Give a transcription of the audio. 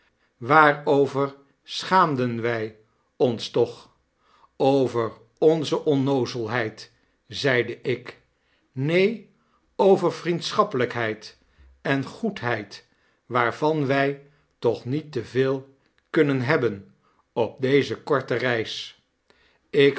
waarover schaamden wij ons toch over onze onnoozelheid zeide ik neen over vriendschappelijkheid en goedheid waarvan wij toch niet teveel kunnen hebben op deze korte reis ik